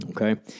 Okay